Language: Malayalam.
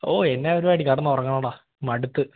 ഓ എന്ത് പരിപാടി കിടന്നുറങ്ങണമെടാ മടുത്തു